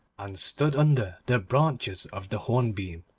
and stood under the branches of the hornbeam.